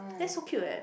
that's so cute eh